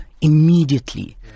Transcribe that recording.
Immediately